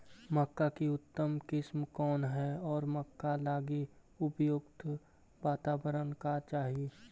मक्का की उतम किस्म कौन है और मक्का लागि उपयुक्त बाताबरण का चाही?